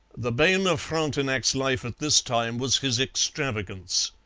the bane of frontenac's life at this time was his extravagance.